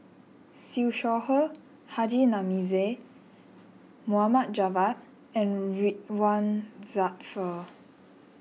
Siew Shaw Her Haji Namazie Mohd Javad and Ridzwan Dzafir